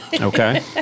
Okay